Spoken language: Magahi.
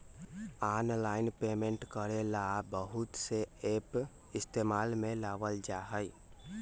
आनलाइन पेमेंट करे ला बहुत से एप इस्तेमाल में लावल जा हई